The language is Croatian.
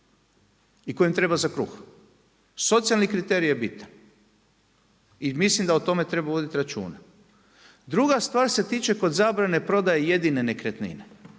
i kojem treba za kruh. Socijalni kriterij je bitan. I mislim da o tome treba voditi računa. Druga stvar se tiče kod zabrane prodaje jedine nekretnine.